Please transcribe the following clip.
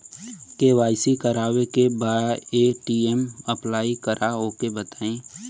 KYC करावे के बा ए.टी.एम अप्लाई करा ओके बताई?